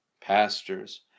Pastors